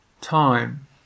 time